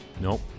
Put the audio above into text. Nope